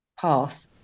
path